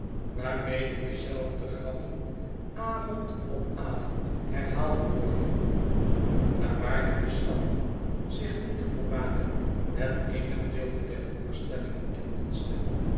waarmede dezelfde schetsen van boz grappen avond op avond herhaald worden naar waarde te schatten zich niet te vermaken met en gedeelte der voorstellingen